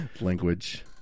language